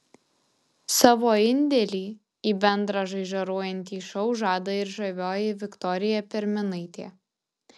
savo indėlį į bendrą žaižaruojantį šou žada ir žavioji viktorija perminaitė